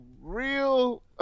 real